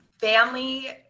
family